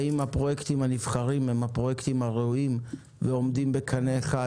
האם הפרויקטים הנבחרים הם הפרויקטים הראויים ועומדים בקנה אחד